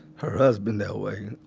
her husband that way.